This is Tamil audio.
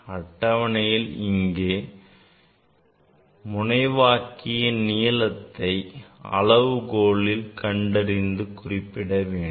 அட்டவணையில் இங்கே முனைவாக்கியின் நீளத்தை அளவுகோலில் கண்டறிந்து குறிப்பிட வேண்டும்